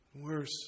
Worse